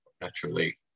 Naturally